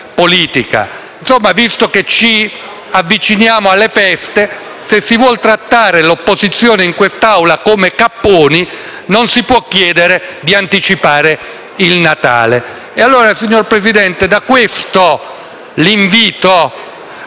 politica. Pertanto, visto che ci avviciniamo alle feste, se si vuole trattare l'opposizione in quest'Aula come capponi, non si può chiedere di anticipare il Natale. Da qui l'invito, signor Presidente, ad invertire